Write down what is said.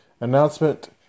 Announcement